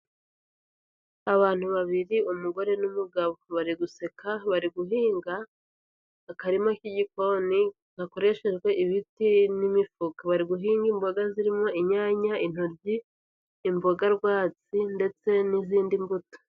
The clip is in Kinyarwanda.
Abantu babiri umugore umugabo bari guseka bari guhinga akarima k'igikoni gakoreshejwe ibiti n'imifuka bari guhinga imboga zirimo inyanya, intoryi imboga rwatsi ndetse n'izindi mbuto.